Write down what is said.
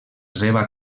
seva